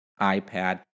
iPad